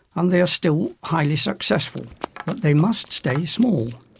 and they are still highly successful but they must stay small.